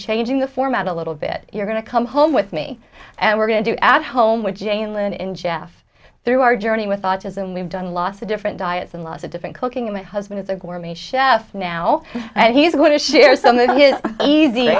changing the format a little bit you're going to come home with me and we're going to do at home with jane lynn in jeff through our journey with autism we've done lost to different diets and lots of different cooking my husband is a gourmet chef now and he's going to share some of